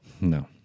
No